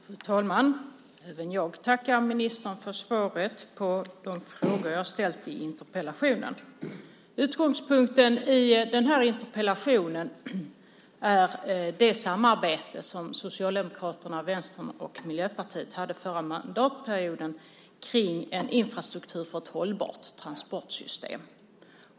Fru talman! Även jag tackar ministern för svaret på de frågor jag ställt i interpellationen. Utgångspunkten i den här interpellationen är det samarbete som Socialdemokraterna, Vänstern och Miljöpartiet hade förra mandatperioden kring propositionen Infrastruktur för ett hållbart transportsystem .